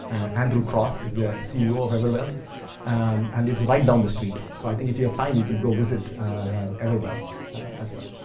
andrew cross is the ceo of everwell and it's right down the street. so, i think if you have time, you could go visit everwell as well.